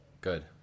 Good